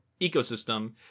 ecosystem